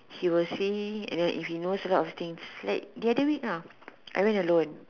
she will see and then if she will know a lot of things like the other week nah I mean alone